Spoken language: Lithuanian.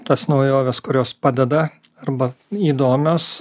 tas naujoves kurios padeda arba įdomios